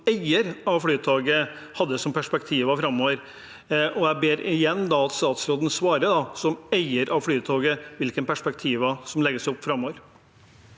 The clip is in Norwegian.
som eier av Flytoget hadde av perspektiver framover, og jeg ber da igjen statsråden svare, som eier av Flytoget, på hvilke perspektiver som legges opp framover.